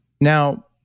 now